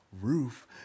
roof